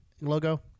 logo